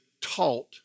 taught